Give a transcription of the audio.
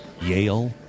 Yale